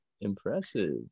Impressive